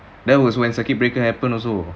that was when circuit breaker happen also